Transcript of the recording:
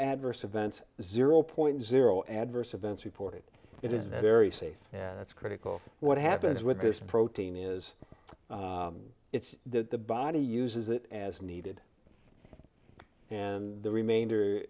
adverse events zero point zero adverse events reported it is very safe it's critical what happens with this protein is it's the body uses it as needed and the remainder